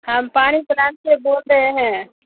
ہم پانی پلانٹ سے بول رہے ہیں